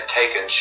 taken